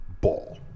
ball